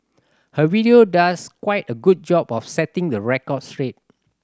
her video does quite a good job of setting the record straight